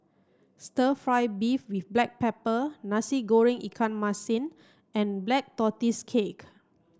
stir fry beef with black pepper Nasi Goreng Ikan Masin and black tortoise cake